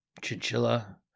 Chinchilla